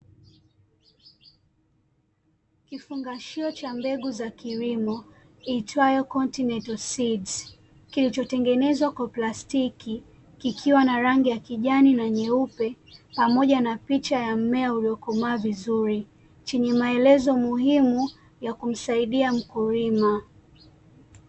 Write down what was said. Kifungashio cha mbegu za kilimo iitwayo Continental Seed Kilichotengenezwa kwa plastiki kikiwa na rangi ya kijani na nyeupe, pamoja na picha ya mmea uliokomaa vizuri. Chenye maelezo muhimu ya kumsaidia mkulima.